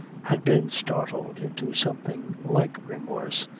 had been startled into something like remorse,